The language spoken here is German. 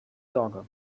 sorge